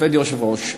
כבוד היושב-ראש,